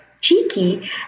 cheeky